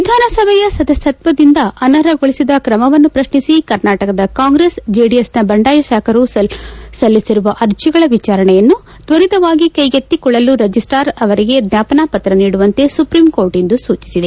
ವಿಧಾನಸಭೆಯ ಸದಸ್ಯತ್ವದಿಂದ ಅನರ್ಹಗೊಳಿಸಿದ ಕ್ರಮವನ್ನು ಪ್ರಶ್ನಿಸಿ ಕರ್ನಾಟಕದ ಕಾಂಗ್ರೆಸ್ ಜೆಡಿಎಸ್ನ ಬಂಡಾಯ ಶಾಸಕರು ಸಲ್ಲಿಸಿರುವ ಆರ್ಜಿಗಳ ವಿಜಾರಣೆಯನ್ನು ತ್ವರಿತವಾಗಿ ಕೈಗೆತ್ತಿಕೊಳ್ಳಲು ರಿಜಿಸ್ವಾರ್ ಅವರಿಗೆ ಜ್ವಾಪನಾ ಪತ್ರ ನೀಡುವಂತೆ ಸುಪ್ರೀಂ ಕೋರ್ಟ್ ಇಂದು ಸೂಚಿಸಿದೆ